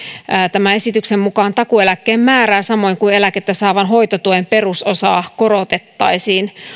tämän esityksen mukaan takuueläkkeen määrää samoin kuin eläkettä saavan hoitotuen perusosaa korotettaisiin